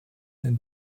denn